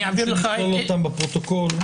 הנתונים שנשתול אותם בפרוטוקול.